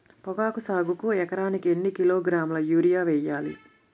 పొగాకు సాగుకు ఎకరానికి ఎన్ని కిలోగ్రాముల యూరియా వేయాలి?